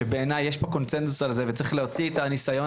שבעיניי יש פה קונצנזוס על זה וצריך להוציא את הניסיון